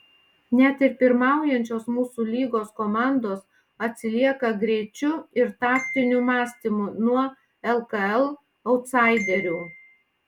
net ir pirmaujančios mūsų lygos komandos atsilieka greičiu ir taktiniu mąstymu nuo lkl autsaiderių